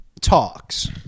talks